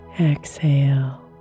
Exhale